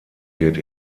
wird